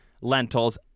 lentils